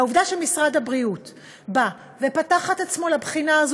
והעובדה שמשרד הבריאות פתח את עצמו לבחינה הזאת